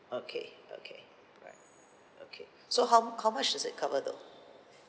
okay okay right okay so how how much does it cover though